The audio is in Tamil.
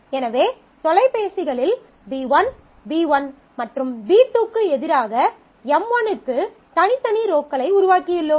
எனவே தொலைபேசிகளில் B1 B1 மற்றும் B2 க்கு எதிராக M 1 க்கு தனித்தனி ரோக்களை உருவாக்கியுள்ளோம்